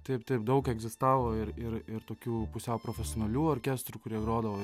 taip taip daug egzistavo ir ir ir tokių pusiau profesionalių orkestrų kurie grodavo